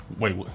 Wait